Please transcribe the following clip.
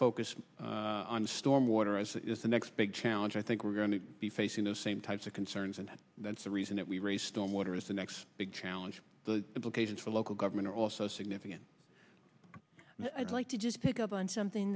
focus on storm water ice the next big challenge i think we're going to be facing the same types of concerns and that's the reason that we're a storm water is the next big challenge the implications for local government are also significant i'd like to just pick up on something